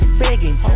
begging